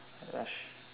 rushed